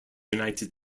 united